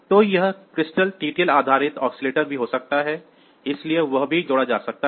तो यह एक क्रिस्टल TTL आधारित ऑसिलेटर भी हो सकता है इसलिए वह भी जोड़ा जा सकता है